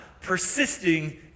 persisting